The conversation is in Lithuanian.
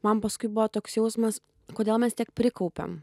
man paskui buvo toks jausmas kodėl mes tiek prikaupėm